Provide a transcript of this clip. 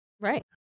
Right